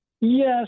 Yes